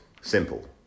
Simple